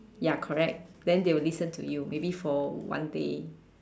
ya correct then they will listen to you maybe for one day